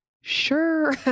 sure